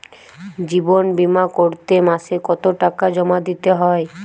জীবন বিমা করতে মাসে কতো টাকা জমা দিতে হয়?